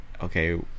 okay